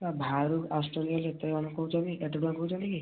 ହଁ ବାହାରୁ ଆସୁଛନ୍ତି ବୋଲି ଏତେ କହୁଛନ୍ତି ଏତେ ଟଙ୍କା କହୁଛନ୍ତି କି